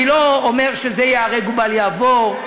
אני לא אומר שזה ייהרג ובל יעבור,